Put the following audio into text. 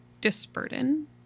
Disburden